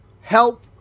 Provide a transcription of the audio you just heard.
help